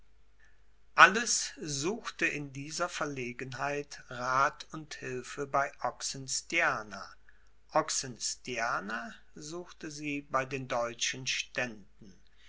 alles suchte in dieser verlegenheit rath und hilfe bei oxenstierna oxenstierna suchte sie bei den deutschen ständen